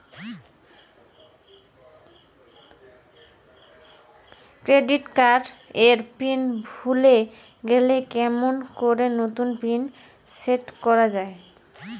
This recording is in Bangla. ক্রেডিট কার্ড এর পিন ভুলে গেলে কেমন করি নতুন পিন সেট করা য়ায়?